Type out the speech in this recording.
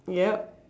yeap